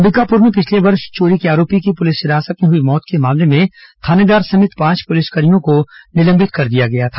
अंबिकापुर में पिछले वर्ष चोरी के आरोपी की पुलिस हिरासत में हुई मौत के मामले में थानेदार समेत पांच पुलिसकर्भियों को निलंबित कर दिया गया था